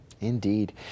Indeed